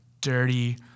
dirty